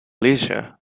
leisure